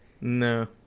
No